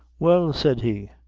well, said he,